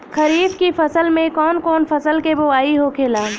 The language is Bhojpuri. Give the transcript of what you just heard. खरीफ की फसल में कौन कौन फसल के बोवाई होखेला?